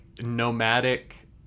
nomadic